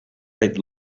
ate